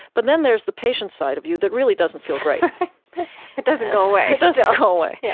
but then there's the patient's side of you that really doesn't feel great it doesn't go away it doesn't go away. yeah